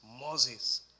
Moses